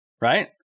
right